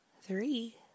three